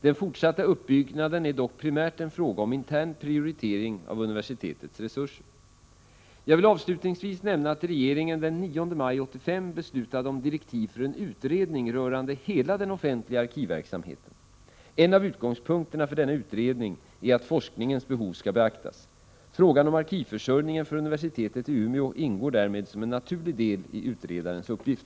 Den fortsatta uppbyggnaden är dock primärt en fråga om intern prioritering av universitetets resurser. Jag vill avslutningsvis nämna att regeringen den 9 maj 1985 beslutade om direktiv för en utredning rörande hela den offentliga arkivverksamheten. En av utgångspunkterna för denna utredning är att forskningens behov skall beaktas. Frågan om arkivförsörjningen för universitetet i Umeå ingår därmed som en naturlig del i utredarens uppgift.